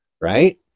right